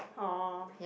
orh